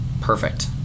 perfect